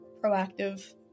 proactive